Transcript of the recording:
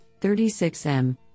36M